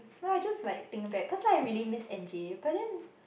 no I just like think a bad cause I really miss Anjib but then